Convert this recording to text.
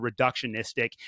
reductionistic